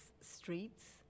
streets